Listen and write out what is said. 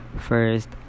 first